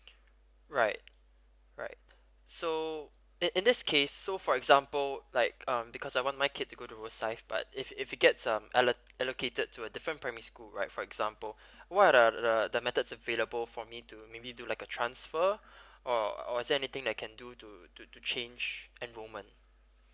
right right so in in this case so for example like um because I want my kid to go to rosyth but if if he get some allo~ allocated to a different primary school right for example what are the the methods available for me to maybe do like a transfer or or is there anything I can do to to to change enrollment